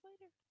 later